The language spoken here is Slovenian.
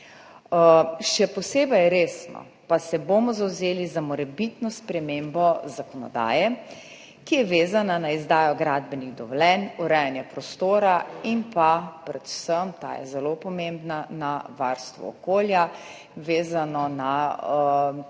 Še posebej resno pa se bomo zavzeli za morebitno spremembo zakonodaje, ki je vezana na izdajo gradbenih dovoljenj, urejanje prostora in pa predvsem, ta je zelo pomembna, na varstvo okolja, vezano na potek